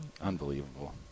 Unbelievable